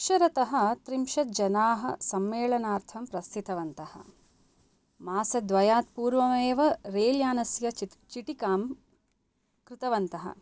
अक्षरतः त्रिंशत् जनाः सम्मेलनार्थं प्रस्थितवन्तः मासद्वयात् पूर्वमेव रैल्यानस्य चीटिकां कृतवन्तः